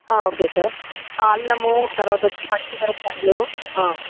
okay sir అల్లము తర్వాత పచ్చి మిరపకాయలు